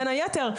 בין היתר,